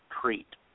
treat